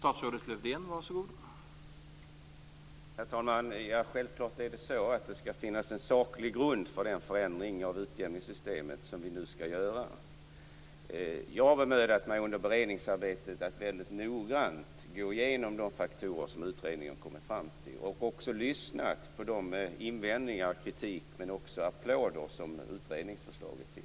Herr talman! Självklart skall det finnas saklig grund för den förändring av utjämningssystemet som vi nu skall göra. Jag har under beredningsarbetet bemödat mig att väldigt noggrant gå igenom de faktorer som utredningen kommit fram till, och också lyssnat på de invändningar och den kritik - men också applåder - som utredningsförslaget fick.